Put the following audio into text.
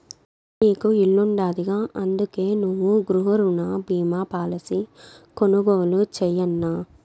నీకు ఇల్లుండాదిగా, అందుకే నువ్వు గృహరుణ బీమా పాలసీ కొనుగోలు చేయన్నా